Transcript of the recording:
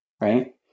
Right